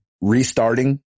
restarting